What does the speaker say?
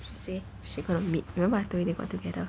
she say she gonna meet remember I told you they got together